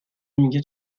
میگه